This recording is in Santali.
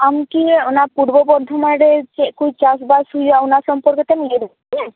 ᱟᱢ ᱠᱤ ᱚᱱᱟ ᱯᱩᱨᱵᱚ ᱵᱚᱨᱫᱷᱚᱢᱟᱱ ᱨᱮ ᱪᱮᱫ ᱠᱚ ᱪᱟᱥ ᱵᱟᱥ ᱦᱩᱭᱩᱜᱼᱟ ᱚᱱᱟ ᱥᱚᱢᱯᱚᱨᱠᱚ ᱛᱮᱢ ᱞᱟᱹᱭ ᱫᱟᱨᱮᱭᱟᱜᱼᱟ